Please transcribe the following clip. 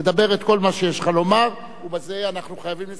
תאמר את כל מה שיש לך לומר ובזה אנחנו חייבים לסיים.